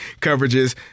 coverages